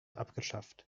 abgeschafft